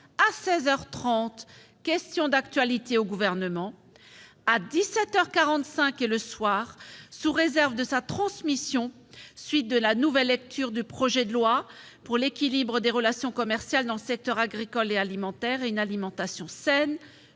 trente : Questions d'actualité au Gouvernement. À dix-sept heures quarante-cinq et le soir : sous réserve de sa transmission, suite de la nouvelle lecture du projet de loi pour l'équilibre des relations commerciales dans le secteur agricole et alimentaire et une alimentation saine,